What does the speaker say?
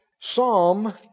Psalm